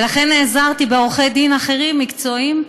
ולכן נעזרתי בעורכי דין אחרים, מקצועיים,